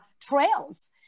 trails